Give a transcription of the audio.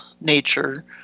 nature